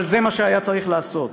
אבל זה מה שהיה צריך לעשות.